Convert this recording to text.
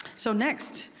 so next,